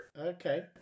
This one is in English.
Okay